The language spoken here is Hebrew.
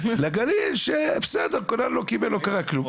לגליל שבסדר כונן לא קיבל לא קרה כלום,